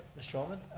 mr. holman.